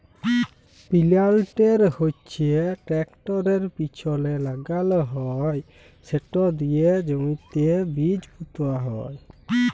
পিলান্টের হচ্যে টেরাকটরের পিছলে লাগাল হয় সেট দিয়ে জমিতে বীজ পুঁতা হয়